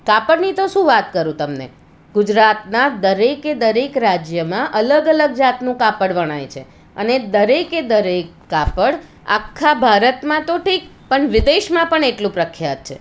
કાપડની તો શું વાત કરું તમને ગુજરાતના દરેકે દરેક રાજ્યમાં અલગ અલગ જાતનું કાપડ વણાય છે અને દરેકે દરેક કાપડ આખા ભારતમાં તો ઠીક પણ વિદેશમાં પણ એટલું પ્રખ્યાત છે